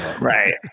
Right